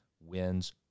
wins